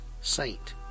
saint